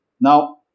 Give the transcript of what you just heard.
Now